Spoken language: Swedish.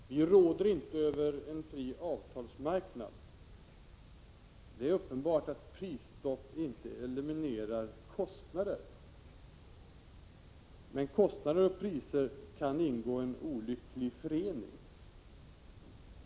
Fru talman! Vi råder inte över en fri avtalsmarknad. Det är uppenbart att prisstopp inte eliminerar kostnader. Men kostnader och priser kan ingå en olycklig förening.